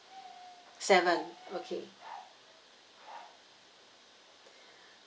seven okay